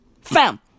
fam